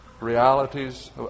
realities